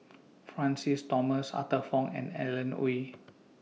Francis Thomas Arthur Fong and Alan Oei